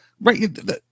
right